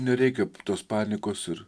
nereikia tos panikos ir